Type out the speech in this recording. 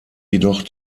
jedoch